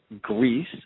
Greece